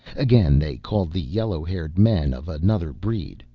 again, they called the yellow-haired men of another breed,